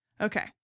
okay